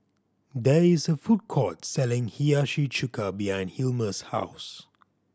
there is a food court selling Hiyashi Chuka behind Hilmer's house